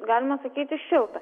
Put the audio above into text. galima sakyti šilta